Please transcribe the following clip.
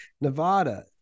Nevada